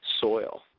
soil